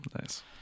Nice